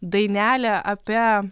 dainelę apie